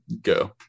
go